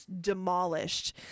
demolished